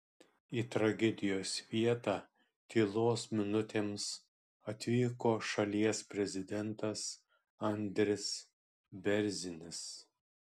į tragedijos vietą tylos minutėms atvyko šalies prezidentas andris bėrzinis